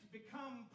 become